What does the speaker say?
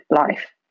life